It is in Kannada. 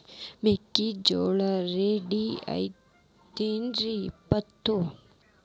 ಮೆಕ್ಕಿಜೋಳ ರೇಟ್ ಏನ್ ಐತ್ರೇ ಇಪ್ಪತ್ತು?